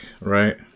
right